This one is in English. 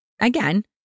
Again